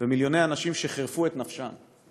ומיליוני אנשים חירפו את נפשם.